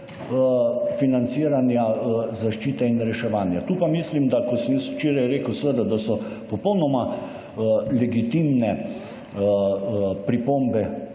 financiranja zaščite in reševanja. Tu pa mislim, da, ko sem jaz včeraj rekel, seveda, da so popolnoma legitimne pripombe